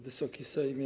Wysoki Sejmie!